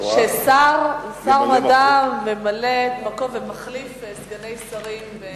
ששר מדע ממלא-מקום ומחליף סגני שרים.